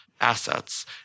assets